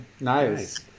nice